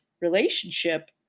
relationship